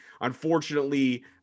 Unfortunately